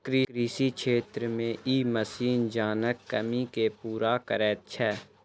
कृषि क्षेत्र मे ई मशीन जनक कमी के पूरा करैत छै